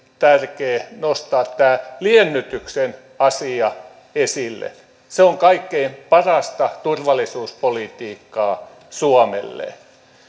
tärkeää nostaa tämä liennytyksen asia esille se on kaikkein parasta turvallisuuspolitiikkaa suomelle